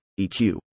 eq